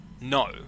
no